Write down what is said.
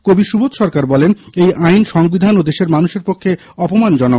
কবি সুবোধ সরকার বলেন এই আইন সংবিধান ও দেশের মানুষের পক্ষে অপমানজনক